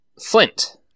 Flint